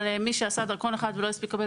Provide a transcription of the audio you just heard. אבל מי שעשה דרכון אחד ולא הספיק לקבל